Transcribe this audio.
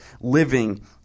living